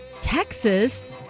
Texas